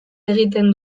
egiten